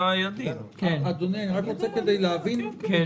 בגלל זה אני אומר ש-130,000 זה כל הילדים.